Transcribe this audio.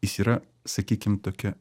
jis yra sakykim tokia